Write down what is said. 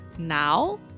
Now